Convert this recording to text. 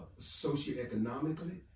socioeconomically